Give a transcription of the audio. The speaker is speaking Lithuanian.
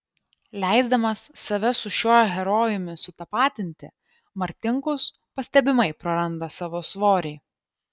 leisdamas save su šiuo herojumi sutapatinti martinkus pastebimai praranda savo svorį